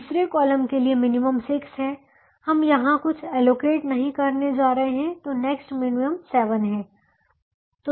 तीसरे कॉलम के लिए मिनिमम 6 है हम यहां कुछ एलोकेट नहीं करने जा रहे हैं तो नेक्स्ट मिनिमम 7 है तो 7 6 1 है